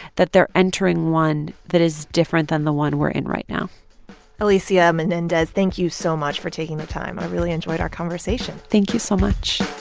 that they're entering one that is different than the one we're in right now alicia menendez, thank you so much for taking the time. i really enjoyed our conversation thank you so much